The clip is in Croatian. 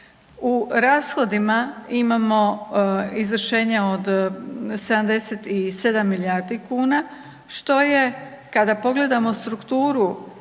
U rashodima imamo izvršenje od 77 milijardi kuna, što je kada pogledamo strukturu